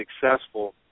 successful